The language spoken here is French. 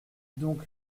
donc